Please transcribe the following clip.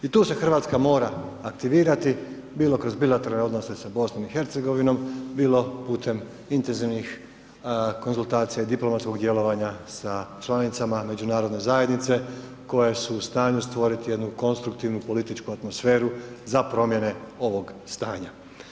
I tu se Hrvatska mora aktivirati bilo kroz bilateralne odnose sa BIH, bilo putem intenzivnih konzultacija i diplomatskog djelovanja sa članicama međunarodne zajednice, koje su u stanju stvoriti jednu konstruktivnu, političku atmosferu za promijene ovog stanja.